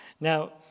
Now